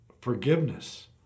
Forgiveness